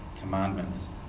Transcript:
Commandments